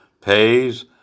pays